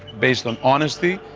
based on honesty,